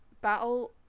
battle